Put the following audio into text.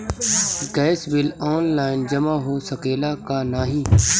Gas bill online जमा हो सकेला का नाहीं?